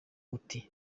ati